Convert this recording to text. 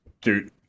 Dude